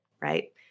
right